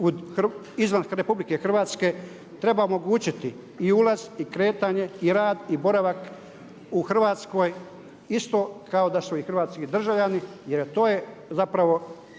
izvan RH treba omogućiti i ulaz i kretanje i rad i boravak u Hrvatskoj isto kao da su i hrvatski državljani, jer i to je zapravo